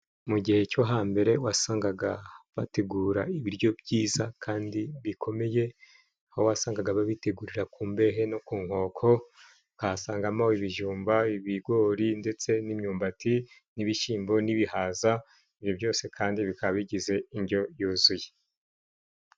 Mu gihe cyo hambere wasangaga bategura ibiryo byiza kandi bikomeye, aho wasangaga babi bitegurira ku mbehe no ku nkoko ,ukahasangamo ibijumba, ibigori ndetse n'imyumbati, n'ibishyimbo, n'ibihaza. Ibyo byose kandi bikaba bigize indyo yuzuye.